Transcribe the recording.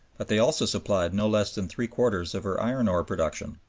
but they also supplied no less than three-quarters of her iron-ore production,